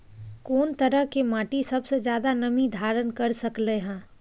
कोन तरह के माटी सबसे ज्यादा नमी धारण कर सकलय हन?